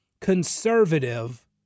conservative